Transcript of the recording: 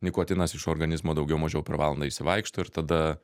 nikotinas iš organizmo daugiau mažiau per valandą išsivaikšto ir tada